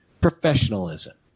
professionalism